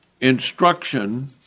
instruction